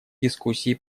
дискуссии